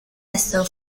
esther